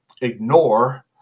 ignore